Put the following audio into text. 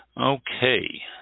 Okay